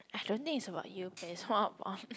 I don't think it is about it's more about